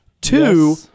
Two